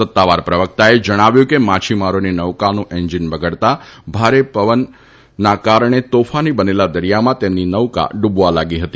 સત્તાવાર પ્રવકતાએ જણાવ્યું હતું કે માછીમારોની નૌકાનું એન્જીન બગડતા ભારે પવનના કારણે તથા તોફાની બનેલા દરીયામાં તેમની નૌકા ડૂબવા લાગી હતી